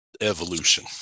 evolution